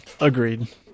Agreed